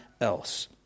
else